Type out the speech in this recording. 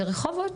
זה ברחובות?